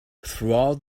throughout